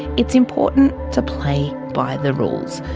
it's important to play by the rules.